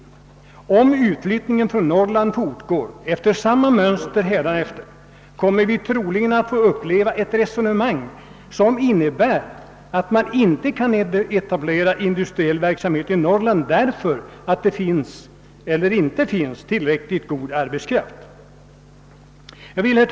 Om utflyttningen från Norrland får fortgå efter samma mönster som nu, får vi efter en tid antagligen höra det resonemanget att det inte går att etablera industriell verksamhet i Norrland, därför att man inte har tillräckligt med arbetskraft där. '